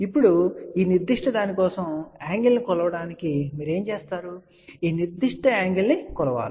ఇప్పుడు ఈ నిర్దిష్ట దాని కోసం యాంగిల్ ను కొలవడానికి మీరు ఏమి చేస్తారు మీరు ఈ నిర్దిష్ట యాంగిల్ ను కొలుస్తారు